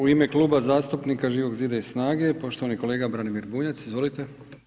U ime Kluba zastupnika Živog Zida i SNAGA-e, poštovani kolega Branimir Bunjac, izvolite.